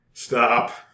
stop